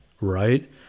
right